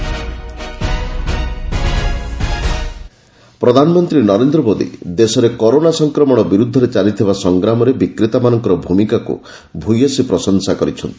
PM shopkeeper ପ୍ରଧାନମନ୍ତ୍ରୀ ନରେନ୍ଦ୍ର ମୋଦୀ ଦେଶରେ corona ସଂକ୍ରମଣ ବିରୁଦ୍ଧରେ ଚାଲିଥିବା ସଂଗ୍ରାମରେ ବିକ୍ରେତାମାନଙ୍କର ଭୂମିକାକୁ ଭୂୟସୀ ପ୍ରଶଂସା କରିଛନ୍ତି